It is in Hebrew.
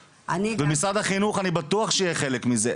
ומשרד החינוך אני בטוח שיהיה חלק מזה.